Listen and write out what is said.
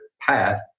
path